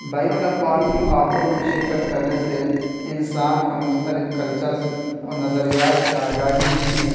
بین الاقوامی مقابلوں میں شرکت کرنے سے انسان کو مختلف کلچرز اور نظریات سے آگاہی ملتی ہے